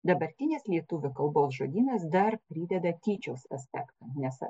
dabartinės lietuvių kalbos žodynas dar prideda tyčios aspektą nes